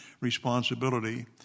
responsibility